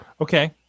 Okay